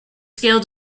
scale